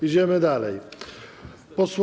Idziemy dalej.